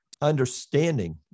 understanding